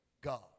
God